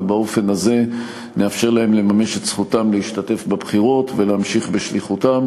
ובאופן הזה נאפשר להם לממש את זכותם להשתתף בבחירות ולהמשיך בשליחותם,